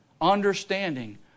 understanding